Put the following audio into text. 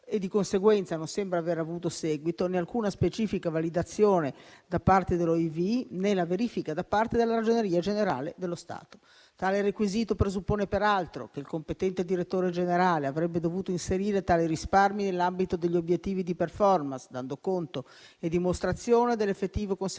e di conseguenza non sembra aver avuto seguito né alcuna specifica validazione da parte dell'OIV, né la verifica da parte della Ragioneria generale dello Stato. Tale requisito presuppone, peraltro, che il competente direttore generale avrebbe dovuto inserire tali risparmi nell'ambito degli obiettivi di *performance*, dando conto e dimostrazione dell'effettivo conseguimento